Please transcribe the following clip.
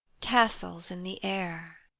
castles in the air.